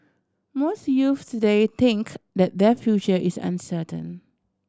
most youths today think that their future is uncertain